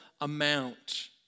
amount